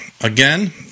Again